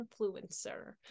influencer